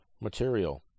material